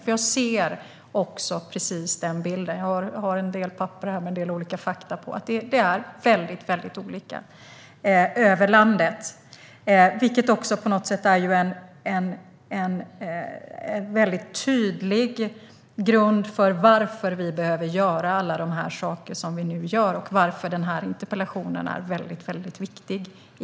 Också jag ser precis den bilden. Jag har en del papper här med en del olika fakta som visar att det är väldigt olika över landet. Det är också på något sätt en tydlig grund för varför vi behöver göra alla de här sakerna som vi nu gör och varför interpellationen är väldigt viktig.